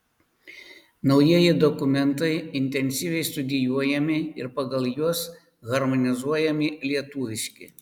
naujieji dokumentai intensyviai studijuojami ir pagal juos harmonizuojami lietuviški